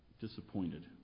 disappointed